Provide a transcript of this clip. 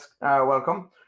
welcome